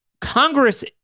Congress